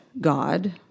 God